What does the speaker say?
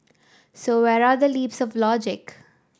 so where are the leaps of logic